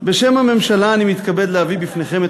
בשם הממשלה אני מתכבד להביא בפניכם את